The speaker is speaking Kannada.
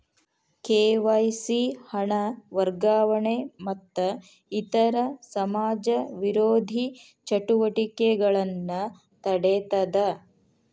ಕೆ.ವಾಯ್.ಸಿ ಹಣ ವರ್ಗಾವಣೆ ಮತ್ತ ಇತರ ಸಮಾಜ ವಿರೋಧಿ ಚಟುವಟಿಕೆಗಳನ್ನ ತಡೇತದ